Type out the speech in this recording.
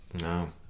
No